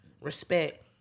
respect